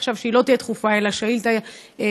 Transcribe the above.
עכשיו היא לא תהיה דחופה אלא שאילתה ישירה,